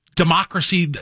Democracy